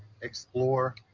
explore